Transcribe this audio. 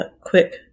quick